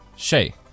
Shay